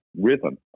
rhythm